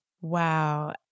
Wow